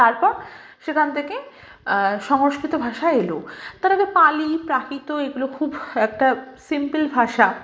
তারপর সেখান থেকে সংস্কৃত ভাষা এলো তার আগে পালি প্রাকৃত এগুলো খুব একটা সিম্পিল ভাষা